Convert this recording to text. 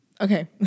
Okay